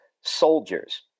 soldiers